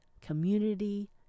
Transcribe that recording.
community